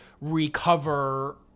recover